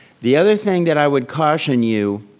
the other thing that i would caution you,